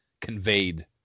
conveyed